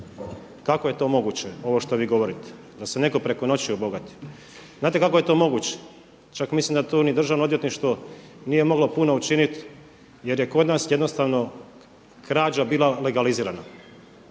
Kako je to moguće ovo što vi govorite da se netko preko noći obogati? Znate kako je to moguće? Čak mislim da tu ni Državno odvjetništvo nije moglo puno učiniti jer je kod nas jednostavno krađa bila legalizirana.